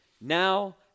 now